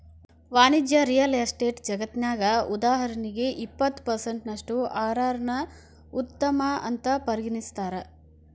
ವಾಣಿಜ್ಯ real estate ಜಗತ್ನ್ಯಗ, ಉದಾಹರಣಿಗೆ, ಇಪ್ಪತ್ತು ಪರ್ಸೆನ್ಟಿನಷ್ಟು ಅರ್.ಅರ್ ನ್ನ ಉತ್ತಮ ಅಂತ್ ಪರಿಗಣಿಸ್ತಾರ